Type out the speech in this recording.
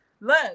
Look